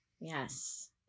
Yes